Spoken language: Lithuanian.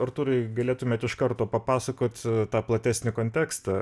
artūrai galėtumėt iš karto papasakot tą platesnį kontekstą